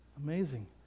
amazing